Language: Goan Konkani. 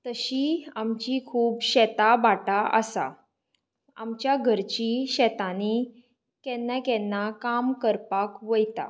तशीं आमचीं खूब शेतां भाटां आसा आमच्या घरचीं शेतांनी केन्नाकेन्ना काम करपाक वयता